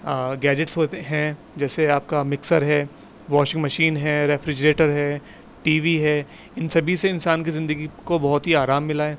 gadgets ہیں جیسے آپ کا مکسر ہے واشنگ مشین ہے ریفریجریٹر ہے ٹی وی ہے ان سبھی سے انسان کی زندگی کو بہت ہی آرام ملا ہے